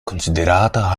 considerata